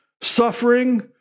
suffering